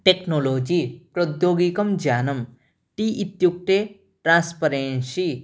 technology प्रद्योगिकं ज्ञानं टि इत्युक्ते ट्रन्स्पारेन्शि